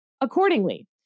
Accordingly